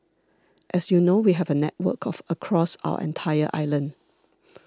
as you know we have a network of across our entire island